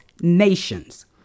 nations